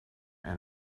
and